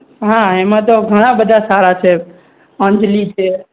હા એમાં તો ઘણા બધા સારા છે અંજલિ છે